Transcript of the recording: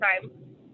time